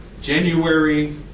January